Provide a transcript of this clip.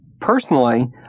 Personally